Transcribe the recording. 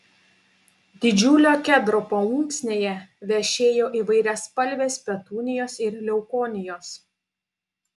didžiulio kedro paunksnėje vešėjo įvairiaspalvės petunijos ir leukonijos